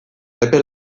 epe